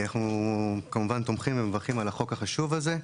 אנחנו כמובן תומכים ומברכים על החוק החשוב הזה.